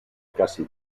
casi